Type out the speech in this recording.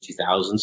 2000s